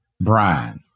Brian